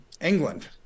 England